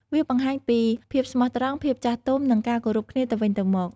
វាបង្ហាញពីភាពស្មោះត្រង់ ភាពចាស់ទុំ និងការគោរពគ្នាទៅវិញទៅមក។